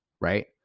right